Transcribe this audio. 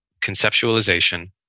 conceptualization